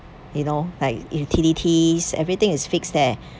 you know like utilities everything is fixed there